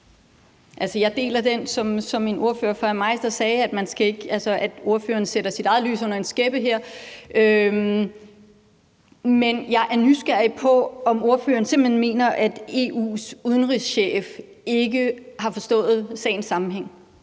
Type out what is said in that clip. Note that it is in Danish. Jeg deler det, som en ordfører før mig sagde, om, at ordføreren sætter sit eget lys under en skæppe her. Men jeg er nysgerrig på, om ordføreren simpelt hen mener, at EU's udenrigschef ikke har forstået sagens sammenhæng.